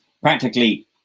Practically